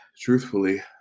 truthfully